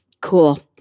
Cool